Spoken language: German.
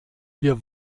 wir